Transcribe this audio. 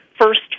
first